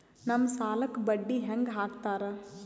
ನಮ್ ಸಾಲಕ್ ಬಡ್ಡಿ ಹ್ಯಾಂಗ ಹಾಕ್ತಾರ?